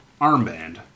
armband